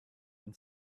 and